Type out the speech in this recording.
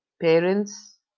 Parents